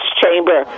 chamber